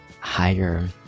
higher